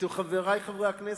אתם, חברי חברי הכנסת.